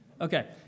Okay